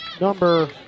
number